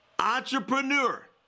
Entrepreneur